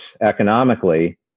economically